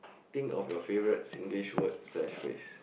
think of your favourite Singlish word slash phrase